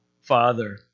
Father